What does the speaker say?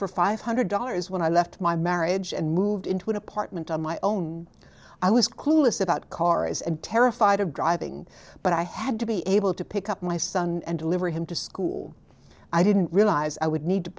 for five hundred dollars when i left my marriage and moved into an apartment on my own i was clueless about cars and terrified of driving but i had to be able to pick up my son and deliver him to school i didn't realize i would need to